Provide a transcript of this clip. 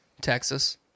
Texas